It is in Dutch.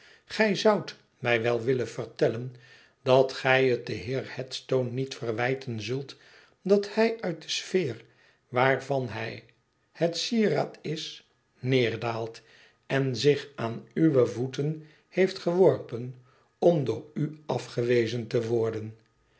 gij zoudt mij wel willen vertellen dat gij het den heer headstone niet verwijten zult dat hij uit de sfeer waarvan hij het sierraad is neerdaalt en zich aan uwe voeten heeft geworpen om door u afgewezen te worden